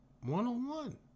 one-on-one